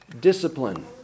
discipline